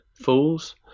fools